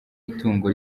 itungo